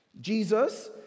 Jesus